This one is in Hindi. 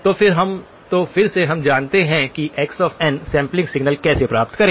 तो फिर से हम जानते हैं कि x n सैंपलिंग सिग्नल कैसे प्राप्त करें